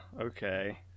Okay